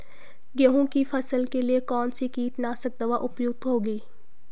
गेहूँ की फसल के लिए कौन सी कीटनाशक दवा उपयुक्त होगी?